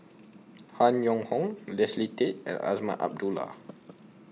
Han Yong Hong Leslie Tay and Azman Abdullah